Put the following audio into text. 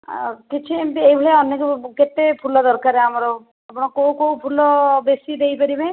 ଆଉ କିଛି ଏମିତି ଏହି ଭଳିଆ କେତେ ଫୁଲ ଦରକାର ଆମର ଆପଣ କେଉଁ କେଉଁ ଫୁଲ ବେଶୀ ଦେଇପାରିବେ